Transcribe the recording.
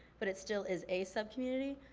but it still is a sub-community.